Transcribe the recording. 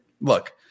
Look